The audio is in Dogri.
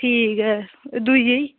ठीक ऐ दूई जेह्ड़ी